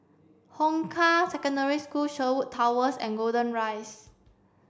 Hong Kah Secondary School Sherwood Towers and Golden Rise